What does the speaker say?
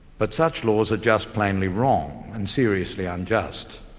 but such laws are just plainly wrong and seriously unjust.